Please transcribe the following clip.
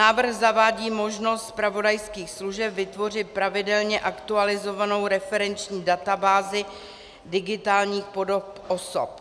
Návrh zavádí možnost zpravodajských služeb vytvořit pravidelně aktualizovanou referenční databázi digitálních podob osob.